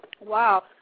Wow